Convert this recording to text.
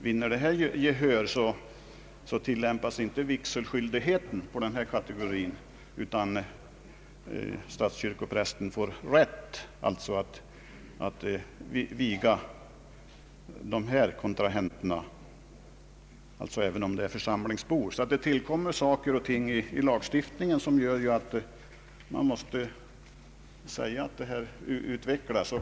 Vinner detta förslag gehör, tillämpas inte vigselskyldigheten på denna kategori, utan statskyrkoprästen får bara rätt att viga kontrahenterna även om de är församlingsbor. I lagstiftningen tillkommer alltså saker och ting.